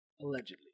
Allegedly